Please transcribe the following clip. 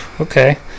Okay